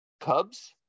cubs